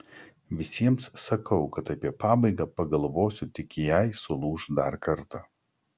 visiems sakau kad apie pabaigą pagalvosiu tik jei sulūš dar kartą